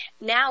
now